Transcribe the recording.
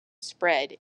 spread